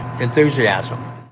enthusiasm